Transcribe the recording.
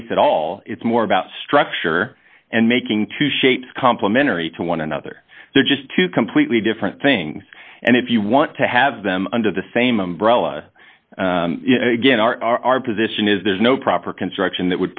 space at all it's more about structure and making two shapes complimentary to one another they're just two completely different things and if you want to have them under the same umbrella again our position is there's no proper construction that